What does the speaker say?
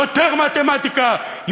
יותר מתמטיקה,